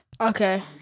okay